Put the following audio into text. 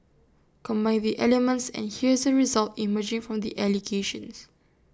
combine the elements and here's the result emerging from the allegations